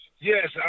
Yes